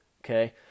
okay